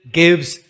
gives